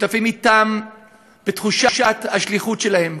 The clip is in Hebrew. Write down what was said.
שותפים אתם בתחושת השליחות שלהם.